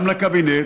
גם לקבינט,